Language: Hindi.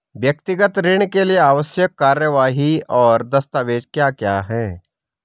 व्यक्तिगत ऋण के लिए आवश्यक कार्यवाही और दस्तावेज़ क्या क्या हैं?